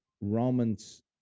Romans